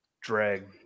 drag